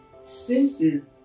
senses